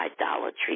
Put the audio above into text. idolatry